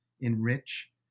enrich